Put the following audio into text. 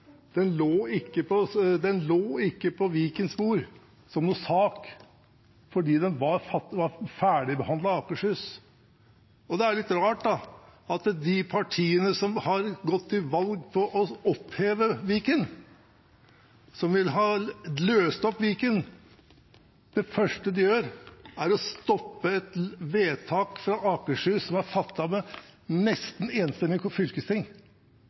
Den lå ikke på Vikens bord som en sak, fordi den var ferdigbehandlet av Akershus. Da er det litt rart at de partiene som har gått til valg på å oppheve Viken, som vil ha løst opp Viken, som noe av det første forsøker å stoppe et vedtak fattet av et nesten enstemmig fylkesting i Akershus. Det er